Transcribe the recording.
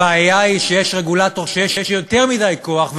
הבעיה היא שיש רגולטור שיש לו יותר מדי כוח,